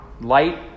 Light